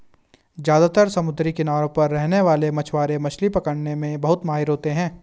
ज्यादातर समुद्री किनारों पर रहने वाले मछवारे मछली पकने में बहुत माहिर होते है